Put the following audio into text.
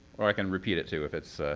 or i can repeat it too, if it's.